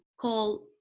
call